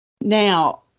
Now